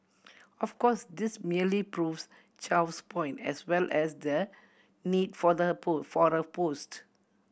of course this merely proves Chow's point as well as the need for the post for the post